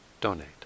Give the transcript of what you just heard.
donate